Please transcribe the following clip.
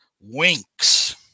winks